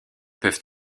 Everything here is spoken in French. peuvent